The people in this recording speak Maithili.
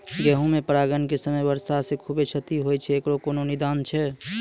गेहूँ मे परागण के समय वर्षा से खुबे क्षति होय छैय इकरो कोनो निदान छै?